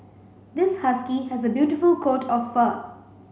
this husky has a beautiful coat of fur